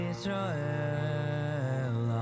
Israel